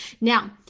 Now